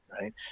right